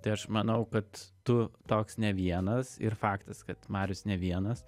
tai aš manau kad tu toks nevienas ir faktas kad marius ne vienas